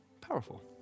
powerful